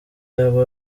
aba